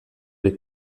les